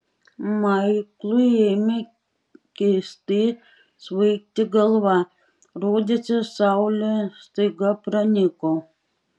maiklui ėmė keistai svaigti galva rodėsi saulė staiga pranyko